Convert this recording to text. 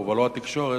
ולא התקשורת,